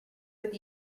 with